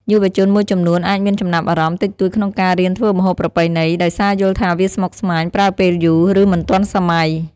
យុវជនមួយចំនួនអាចមានចំណាប់អារម្មណ៍តិចតួចក្នុងការរៀនធ្វើម្ហូបប្រពៃណី ដោយសារយល់ថាវាស្មុគស្មាញ ប្រើពេលយូរ ឬមិនទាន់សម័យ។